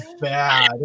Bad